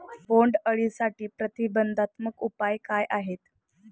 बोंडअळीसाठी प्रतिबंधात्मक उपाय काय आहेत?